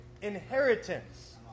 inheritance